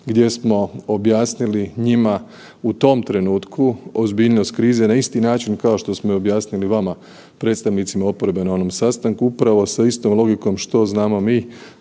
gdje smo objasnili njima u tom trenutku ozbiljnost krize na isti način kao što smo objasnili vama, predstavnicima oporbe na onom sastanku, upravo sa istom logikom što znamo mi,